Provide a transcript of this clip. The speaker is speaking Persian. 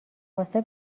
واسه